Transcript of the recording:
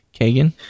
Kagan